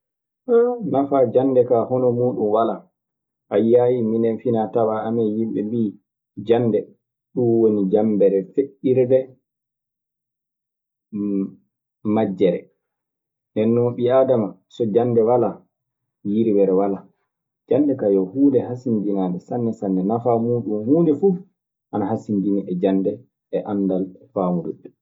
nafaa jannde kaa hono muuɗun walaa. A yiyaayi minen finaa tawaa amen yimɓe mbii, jannde ɗun woni jambere feƴƴirde majjere. Ndeen non ɓii aadama so jannde walaa yirwere walaa. Jannde kaa yo huunde hasindinaande sanne sanne. Nafaa muuɗun, huunde fof ana hasinndinii e jannde e anndal e faamrude.